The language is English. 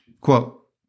quote